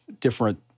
different